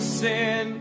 sin